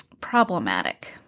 problematic